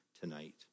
tonight